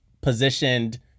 positioned